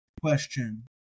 question